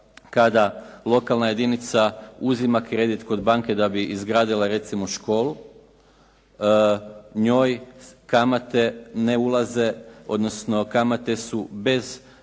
kada lokalna jedinica uzima kredit kod banke da bi izgradila recimo školu, njoj kamate ne ulaze odnosno kamate su bez poreza